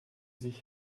sich